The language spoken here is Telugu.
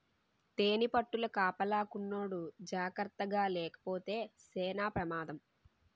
తేనిపట్టుల కాపలాకున్నోడు జాకర్తగాలేపోతే సేన పెమాదం